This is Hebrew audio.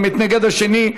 המתנגד השני,